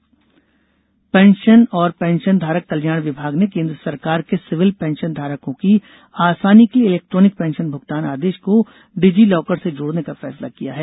pension DigiLocker pension और पेंशनधारक कल्याण विभाग ने केन्द्र सरकार के सिविल पेंशनधारकों की आसानी के लिए इलेक्ट्रोनिक पेंशन भुगतान आदेश को डिजी लॉकर से जोड़ने का फैसला किया है